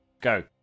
Go